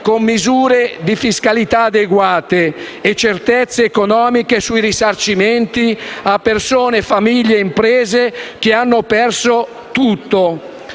con misure di fiscalità adeguate e con certezze economiche nei risarcimenti alle persone, alle famiglie e alle imprese che hanno perso tutto.